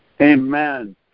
Amen